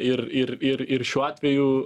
ir ir ir ir šiuo atveju